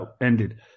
ended